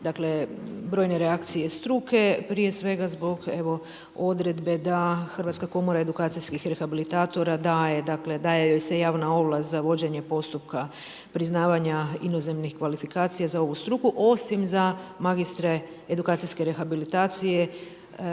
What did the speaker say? dakle brojne reakcije struke prije svega zbog odredbe da Hrvatska komora edukacijskih rehabilitarora daje, dakle joj se javna ovlast za vođenje postupka priznavanja inozemnih kvalifikacija za ovu struku, osim za magistre edukacijske rehabilitacije